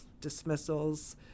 dismissals